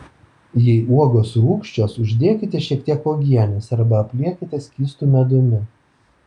jei uogos rūgščios uždėkite šiek tiek uogienės arba apliekite skystu medumi